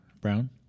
Brown